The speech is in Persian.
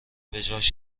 بجاش